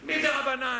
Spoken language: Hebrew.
מדרבנן.